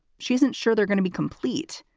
she isn't sure they're going to be complete.